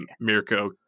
Mirko